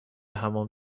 حمام